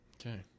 Okay